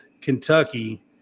Kentucky